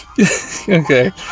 Okay